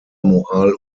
moral